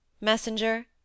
Messenger